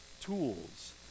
tools